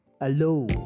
Hello